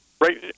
Right